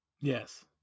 Yes